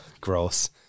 Gross